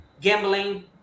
gambling